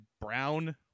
brown